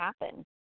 happen